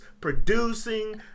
producing